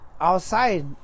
Outside